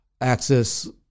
access